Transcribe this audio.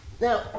Now